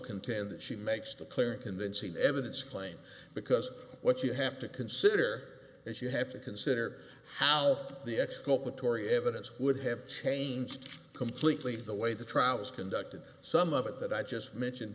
contend that she makes the clear and convincing evidence claim because what you have to consider as you have to consider how the exculpatory evidence would have changed completely the way the trial was conducted some of it that i just mentioned